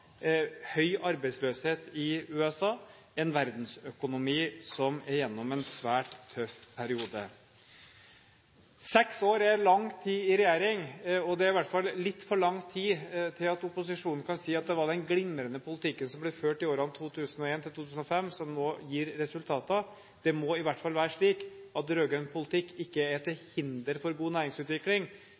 høy arbeidsløshet i USA – en verdensøkonomi som er gjennom en svært tøff periode. Seks år er lang tid i regjering, og det er i hvert fall litt for lang tid til at opposisjonen kan si at det var den glimrende politikken som ble ført i årene 2001–2005, som nå gir resultater. Det må i hvert fall være slik at rød-grønn politikk ikke er til hinder for god næringsutvikling.